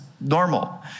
normal